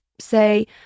say